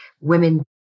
women